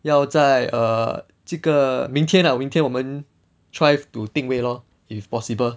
要在 err 这个明天 ah 明天我们 try to 订位 lor if possible